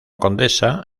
condesa